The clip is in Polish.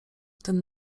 ten